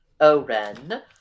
Oren